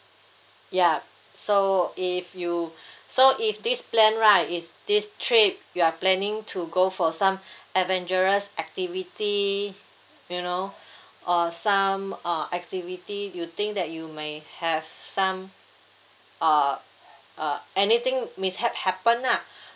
ya so if you so if this plan right is this trip you are planning to go for some adventurous activity you know or some uh activity you think that you may have some uh uh anything mishap happen lah